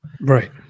right